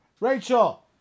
Rachel